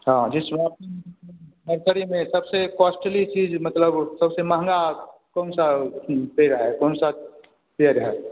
हाँ जिसमें नर्सरी में सबसे कॉस्टली चीज मतलब सबसे महँगा कौन सा पेड़ है कौन सा पेड़ है